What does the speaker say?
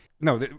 no